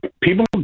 people